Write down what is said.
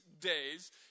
days